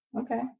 Okay